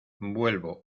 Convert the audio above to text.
vuelvo